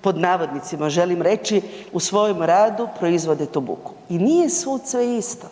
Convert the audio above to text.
pod navodnicima želim reći, „u svojem radu proizvode tu buku“. I nije svud sve isto.